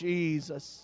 Jesus